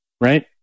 right